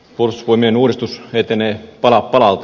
puolustusvoimien uudistus etenee pala palalta